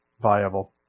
viable